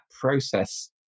process